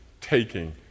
taking